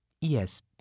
Yes